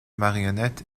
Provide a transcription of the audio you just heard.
marionnettes